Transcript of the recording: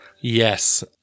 Yes